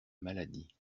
maladie